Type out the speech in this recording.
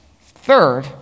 Third